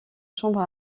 chambre